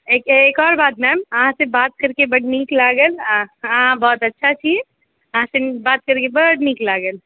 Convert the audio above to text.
एक एक आओर बात मैम अहाँसँ बात करिके बड्ड नीक लागल आ अहाँ बहुत अच्छा छी अहाँसँ बात करिके बड्ड नीक लागल